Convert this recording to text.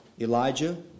Elijah